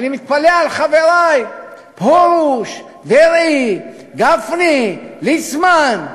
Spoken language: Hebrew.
אני מתפלא על חברי פרוש, דרעי, גפני, ליצמן,